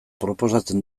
proposatzen